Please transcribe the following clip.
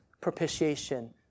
propitiation